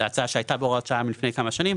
זו הצעה שהייתה בהוראת השעה לפני כמה שנים,